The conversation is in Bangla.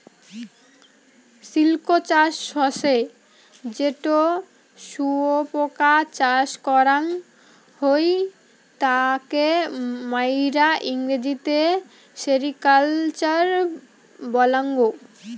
সিল্ক চাষ হসে যেটো শুয়োপোকা চাষ করাং হই তাকে মাইরা ইংরেজিতে সেরিকালচার বলাঙ্গ